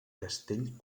castell